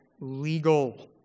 legal